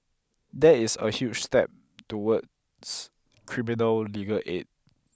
that is a huge step towards criminal legal aid